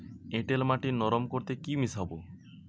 এঁটেল মাটি নরম করতে কি মিশাব?